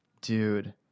dude